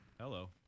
Hello